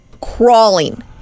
crawling